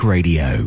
Radio